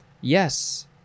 yes